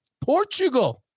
Portugal